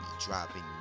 dropping